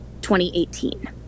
2018